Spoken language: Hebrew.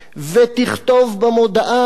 ותכתוב במודעה: